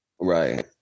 right